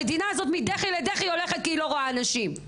המדינה הזאת מדחי לדחי הולכת כי היא לא רואה אנשים.